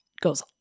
goes